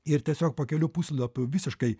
ir tiesiog po kelių puslapių visiškai